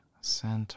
center